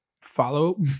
follow